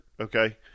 okay